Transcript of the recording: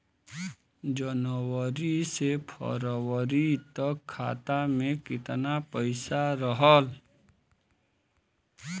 जनवरी से फरवरी तक खाता में कितना पईसा रहल?